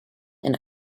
and